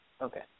Okay